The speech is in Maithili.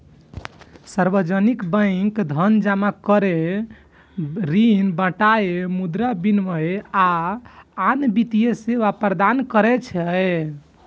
सार्वजनिक बैंक धन जमा करै, ऋण बांटय, मुद्रा विनिमय, आ आन वित्तीय सेवा प्रदान करै छै